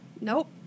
Nope